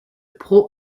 pro